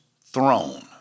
throne